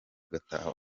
ugataha